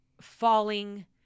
falling